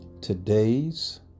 Today's